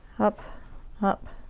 up up.